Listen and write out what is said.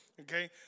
Okay